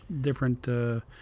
different